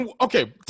Okay